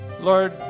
Lord